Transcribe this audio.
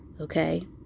okay